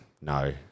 no